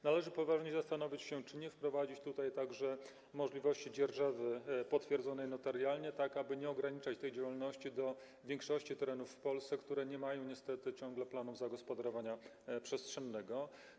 Należy poważnie zastanowić się nad tym, czy nie wprowadzić tutaj także możliwości dzierżawy potwierdzonej notarialnie, tak aby nie ograniczać tej działalności na większości terenów w Polsce, które nie mają niestety ciągle planów zagospodarowania przestrzennego.